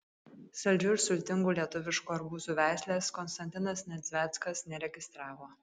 saldžių ir sultingų lietuviškų arbūzų veislės konstantinas nedzveckas neregistravo